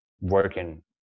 working